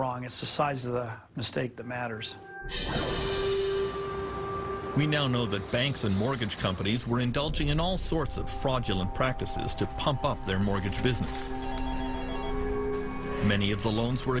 wrong as a size of the mistake that matters we now know that banks and mortgage companies were indulging in all sorts of fraudulent practices to pump up their mortgage business many of the loans were